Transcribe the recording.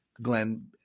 Glenn